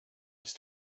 just